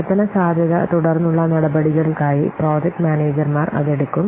പ്രവർത്തന സാധ്യത തുടർന്നുള്ള നടപടികൾക്കായി പ്രോജക്ട് മാനേജർമാർ അത് എടുക്കും